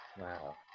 Wow